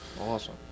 Awesome